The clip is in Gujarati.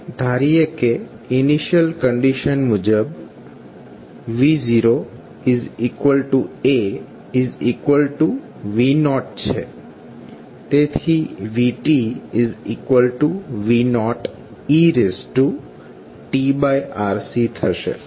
આપણે ધારીએ કે ઇનિશિયલ કંડિશન મુજબ v AV0 છે તેથી VV0 etRC થશે